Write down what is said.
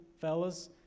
fellas